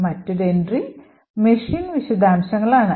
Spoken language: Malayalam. മറ്റൊരു എൻട്രി മെഷീൻ വിശദാംശങ്ങളാണ്